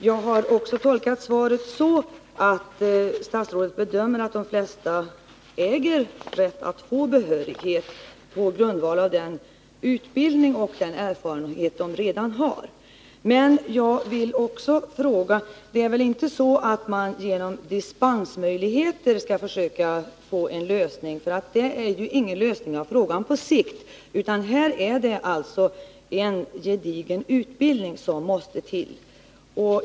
Jag har också tolkat svaret så att statsrådet bedömer att de flesta äger rätt att få behörighet på grundval av den utbildning och den erfarenhet de redan har. Men jag vill då fråga: Det är väl inte så att man skall försöka få en lösning genom dispensmöjligheter? Det är i så fall ingen lösning på sikt, utan det är en gedigen utbildning som måste till.